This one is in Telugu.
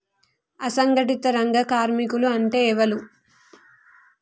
అసంఘటిత రంగ కార్మికులు అంటే ఎవలూ?